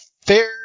fair